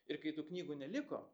ir kai tų knygų neliko